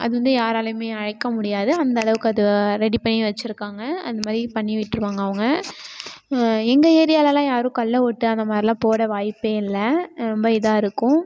அது வந்து யாராலேயுமே அழிக்க முடியாது அந்த அளவுக்கு அது ரெடி பண்ணி வெச்சுருக்காங்க அந்த மாதிரி பண்ணி விட்டுடுவாங்க அவங்க எங்கள் ஏரியாலெல்லாம் யாரும் கள்ள ஓட்டு அந்த மாதிரிலாம் போட வாய்ப்பே இல்லை ரொம்ப இதாக இருக்கும்